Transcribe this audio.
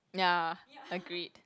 ya agreed